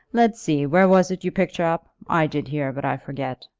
let's see where was it you picked her up? i did hear, but i forget.